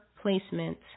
placement